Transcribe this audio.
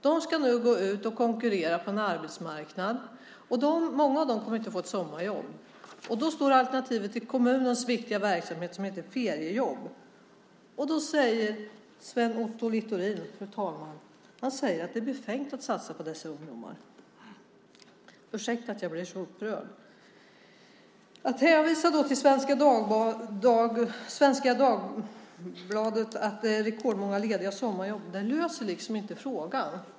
De ska ut och konkurrera på arbetsmarknaden. Många av dem kommer inte att få sommarjobb. Då är alternativet kommunens viktiga verksamhet som heter feriejobb. Sven Otto Littorin säger att det är befängt att satsa på dessa ungdomar. Ursäkta att jag blir så upprörd. Han hänvisar till att Svenska Dagbladet skriver om rekordmånga lediga sommarjobb. Det löser inte frågan.